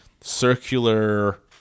circular